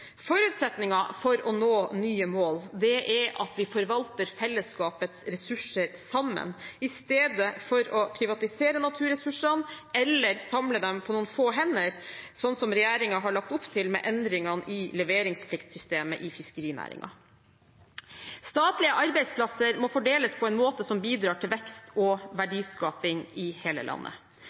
Forutsetningen for å nå nye mål er at vi sammen forvalter fellesskapets ressurser, i stedet for å privatisere naturressursene eller samle dem på noen få hender, slik som regjeringen har lagt opp til med endringene i leveringspliktsystemet i fiskerinæringen. Statlige arbeidsplasser må fordeles på en måte som bidrar til vekst og verdiskaping i hele landet.